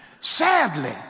Sadly